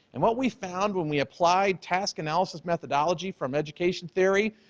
and what we found when we applied task analysis methodology from education theory,